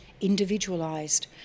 individualised